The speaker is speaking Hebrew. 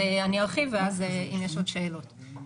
אני ארחיב ואז אם יש עוד שאלות.